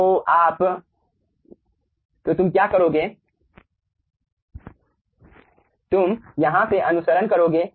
तो तुम क्या करोगे तुम यहां से अनुसरण करोगे